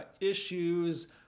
issues